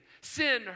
Sin